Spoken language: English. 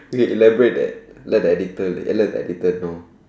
can you elaborate that let the editor let the editor know